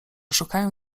szukają